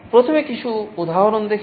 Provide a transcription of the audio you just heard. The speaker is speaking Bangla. প্রথমে কিছু উদাহরণ দেখি